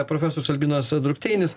profesorius albinas drukteinis